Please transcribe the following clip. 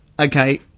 okay